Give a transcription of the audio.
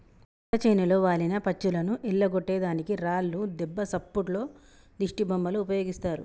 పంట చేనులో వాలిన పచ్చులను ఎల్లగొట్టే దానికి రాళ్లు దెబ్బ సప్పుల్లో దిష్టిబొమ్మలు ఉపయోగిస్తారు